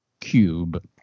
cube